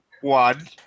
one